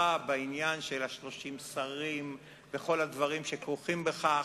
בעניין של 30 השרים וכל הדברים שכרוכים בכך.